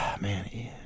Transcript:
man